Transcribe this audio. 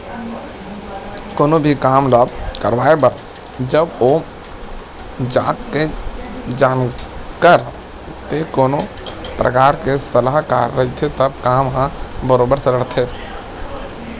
कोनो भी काम ल करवाए बर जब ओ जघा के जानकार ते कोनो परकार के सलाहकार रहिथे तब काम ह बरोबर सलटथे